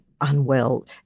unwell